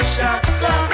Shaka